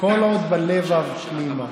"כל עוד בלבב פנימה,